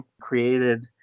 created